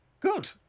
Good